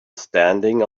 standing